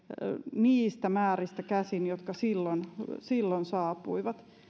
niistä määristä käsin jotka silloin silloin saapuivat